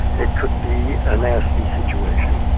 it could be a nasty situation.